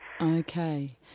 Okay